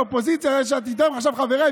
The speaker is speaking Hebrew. האופוזיציה שאת חברה בה עכשיו,